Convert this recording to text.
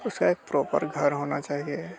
उसका एक प्रॉपर घर होना चाहिए